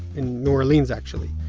in new orleans, actually,